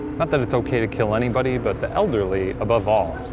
but that it's okay to kill anybody, but the elderly above all.